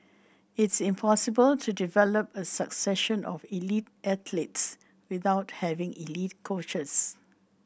it's impossible to develop a succession of elite athletes without having elite coaches